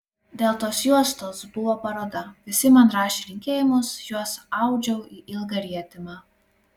dėl tos juostos buvo paroda visi man rašė linkėjimus juos audžiau į ilgą rietimą